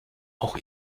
auch